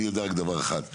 אני יודע רק דבר אחד.